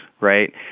right